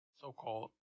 so-called